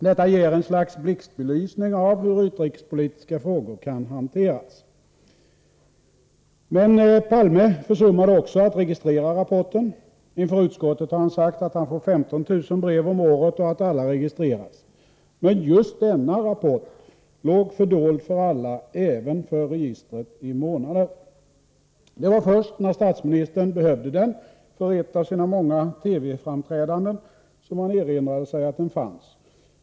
Detta ger ett slags blixtbelysning av hur utrikespolitiska frågor kan hanteras. Men Palme försummade också att registrera rapporten. Inför utskottet har han sagt att han får 15 000 brev om året och att alla registreras. Just denna rapport låg emellertid fördold för alla, även för registret, i månader. Det var först när statsministern behövde den för ett av sina många TV-framträdanden som han erinrade sig att den fanns.